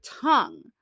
tongue